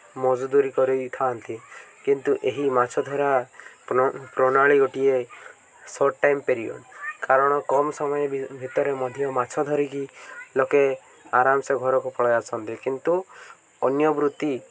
ମଜଦୁରି କରିଥାନ୍ତି କିନ୍ତୁ ଏହି ମାଛଧରା ପ୍ରଣାଳୀ ଗୋଟିଏ ସର୍ଟ୍ ଟାଇମ୍ ପିରିଅଡ଼୍ କାରଣ କମ୍ ସମୟ ଭିତରେ ମଧ୍ୟ ମାଛ ଧରିକି ଲୋକେ ଆରାମସେ ଘରକୁ ପଳାଇ ଆସନ୍ତି କିନ୍ତୁ ଅନ୍ୟ ବୃତ୍ତି